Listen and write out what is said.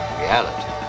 reality